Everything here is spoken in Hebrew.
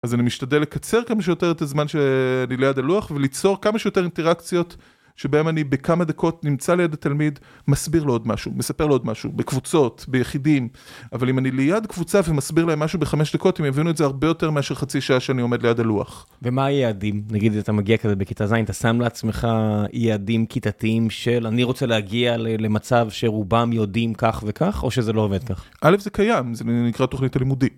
אז אני משתדל לקצר כמה שיותר את הזמן שאני ליד הלוח וליצור כמה שיותר אינטראקציות שבהן אני בכמה דקות נמצא ליד התלמיד, מסביר לו עוד משהו, מספר לו עוד משהו, בקבוצות, ביחידים, אבל אם אני ליד קבוצה ומסביר להם משהו בחמש דקות, הם יבינו את זה הרבה יותר מאשר חצי שעה שאני עומד ליד הלוח. ומה היעדים? נגיד, אתה מגיע כזה בכיתה 2, אתה שם לעצמך יעדים כיתתיים של אני רוצה להגיע למצב שרובם יודעים כך וכך, או שזה לא עובד כך? א', זה קיים, זה נקרא תוכנית לימודי.